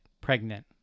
pregnant